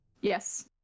Yes